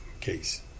case